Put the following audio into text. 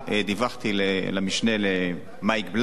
דיווחתי למשנה מייק בלס,